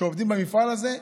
שעובדים במפעל הזה,